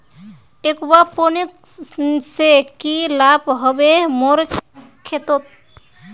aquaponics से की लाभ ह बे मोर खेतोंत